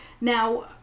now